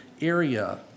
area